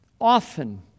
often